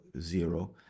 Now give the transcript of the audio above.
zero